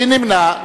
מי נמנע?